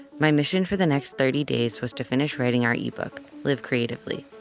my mission for the next thirty days was to finish writing our ebook, live creatively,